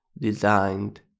designed